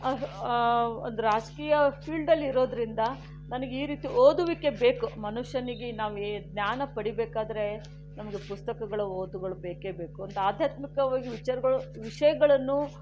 ಒಂದು ರಾಜಕೀಯ ಫೀಲ್ಡಲ್ಲಿ ಇರೋದ್ರಿಂದ ನನಗೆ ಈ ರೀತಿ ಓದುವಿಕೆ ಬೇಕು ಮನುಷ್ಯನಿಗೆ ನಾವು ಎ ಜ್ಞಾನ ಪಡಿಬೇಕಾದರೆ ನಮಗೆ ಪುಸ್ತಕಗಳ ಓದುಗಳು ಬೇಕೇ ಬೇಕು ಒಂದು ಆಧ್ಯಾತ್ಮಿಕವಾಗಿ ವಿಚಾರಗಳು ವಿಷಯಗಳನ್ನು